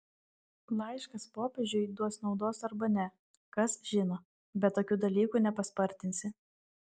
laiškas popiežiui duos naudos arba ne kas žino bet tokių dalykų nepaspartinsi